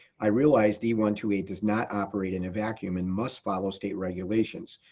i realized d one two eight does not operate in a vacuum and must follow state regulations.